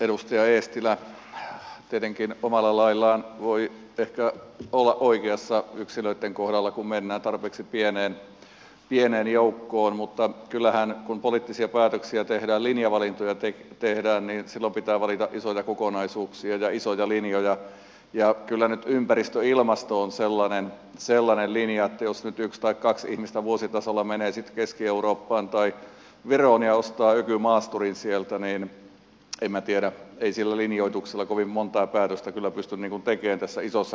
edustaja eestilä tietenkin omalla laillaan voi ehkä olla oikeassa yksilöitten kohdalla kun mennään tarpeeksi pieneen joukkoon mutta kyllähän kun poliittisia päätöksiä tehdään linjavalintoja tehdään silloin pitää valita isoja kokonaisuuksia ja isoja linjoja ja kyllä nyt ympäristö ilmasto on sellainen linja että jos nyt yksi tai kaksi ihmistä vuositasolla menee sitten keski eurooppaan tai viroon ja ostaa ökymaasturin sieltä niin en minä tiedä ei sillä linjoituksella kovin montaa päätöstä kyllä pysty tekemään tässä isossa kuvassa